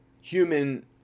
human